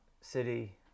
City